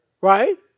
Right